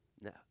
No